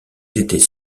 étaient